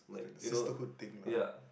like the sisterhood thing lah